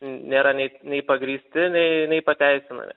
nėra nei nei pagrįsti nei nei pateisinami